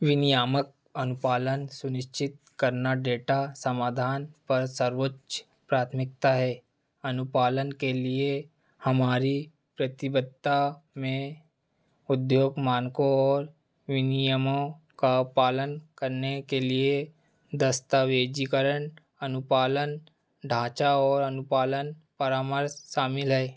विनियामक अनुपालन सुनिश्चित करना डेटा समाधान पर सर्वोच्च प्राथमिकता है अनुपालन के लिए हमारी प्रतिबद्धता में उद्योग मानकों और विनियमों का पालन करने के लिए दस्तावेज़ीकरण अनुपालन ढांचा और अनुपालन परामर्श शामिल हैं